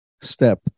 step